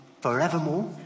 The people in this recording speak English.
forevermore